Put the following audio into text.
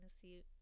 see